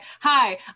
hi